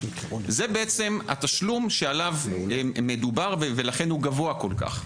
זה בעצם התשלום שעליו מדובר ולכן הוא גבוה כל-כך.